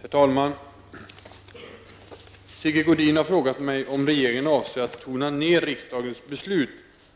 Herr talman! Sigge Godin har frågat mig om regeringen avser att tona ner riksdagens beslut